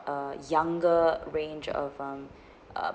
a younger range of um